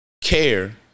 care